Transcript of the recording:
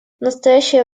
настоящее